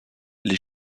les